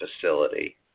facility